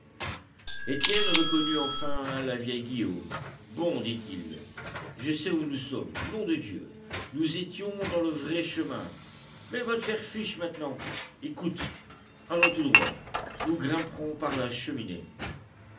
étienne reconnut enfin la veine guillaume bon dit-il je sais où nous sommes nom de dieu nous étions dans le vrai chemin mais va te faire fiche maintenant écoute allons tout droit nous grimperons par la cheminée